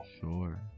sure